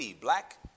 Black